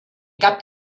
cap